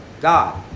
God